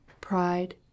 pride